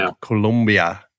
Colombia